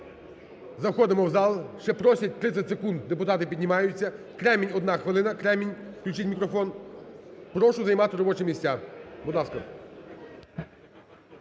заходимо в зал. Ще просять 30 секунд, депутати піднімаються. Кремінь, одна хвилина. Кремінь. Включіть мікрофон. Прошу займати робочі місця. Будь ласка.